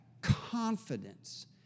confidence